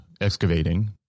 excavating